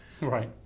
Right